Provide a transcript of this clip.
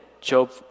Job